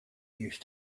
used